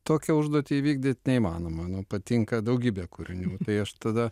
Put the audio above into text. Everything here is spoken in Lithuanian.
tokią užduotį įvykdyt neįmanoma nu patinka daugybė kūrinių tai aš tada